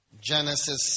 Genesis